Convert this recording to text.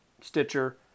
Stitcher